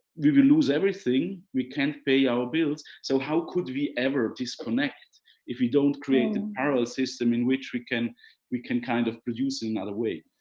we will lose everything, we can't pay our bills. so how could we ever disconnect if we don't create a and parallel system in which we can we can kind of produce in another way.